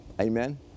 amen